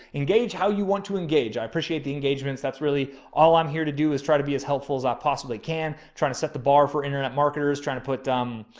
engage how you want to engage. i appreciate the engagements. that's right. really all i'm here to do is try to be as helpful as i possibly can. trying to set the bar for internet marketers, trying to put, um,